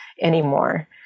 anymore